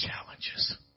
challenges